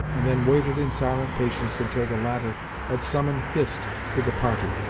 and then waited in silent patience until the latter had summoned hist to the party.